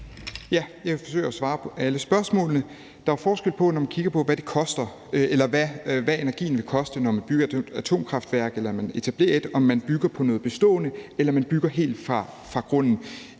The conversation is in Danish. vil forsøge at svare på alle spørgsmålene. Der er, når man kigger på, hvad energien vil koste, når man etablerer et nyt atomkraftværk, forskel på, om man bygger på noget bestående, eller om man